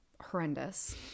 horrendous